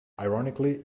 ironically